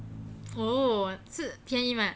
oh 自便宜吗